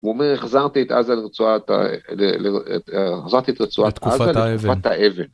‫הוא אומר, החזרתי את עזה לרצועת... ‫החזרתי את רצועת עזה לתקופת האבן.